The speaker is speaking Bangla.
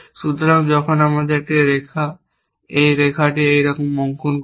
সুতরাং যখন আমরা একটি রেখা এই রেখা এইরকম অঙ্কন দেখি